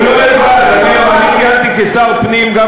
אני כיהנתי כשר הפנים גם,